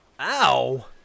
Ow